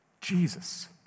Jesus